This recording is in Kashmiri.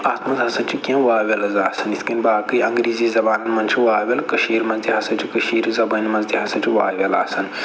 اتھ مَنٛز ہَسا چھِ کینٛہہ واوٮ۪لٕز آسان یِتھ کٔنۍ باقٕے انگریٖزی زبانن مَنٛز چھِ واوٮ۪ل کٔشیٖر مَنٛز تہِ ہسا چھِ کٔشیٖرِ زبان مَنٛز تہِ ہَسا چھ واوٮ۪ل آسان